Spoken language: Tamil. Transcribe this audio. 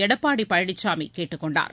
எடப்பாடி பழனிசாமி கேட்டுக் கொண்டார்